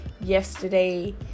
yesterday